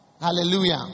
Hallelujah